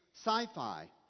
Sci-fi